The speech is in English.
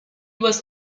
was